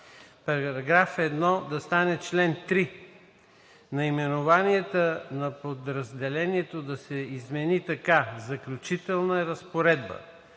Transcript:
§ 1 да стане чл. 3; наименованието на подразделението да се измени така: „Заключителна разпоредба“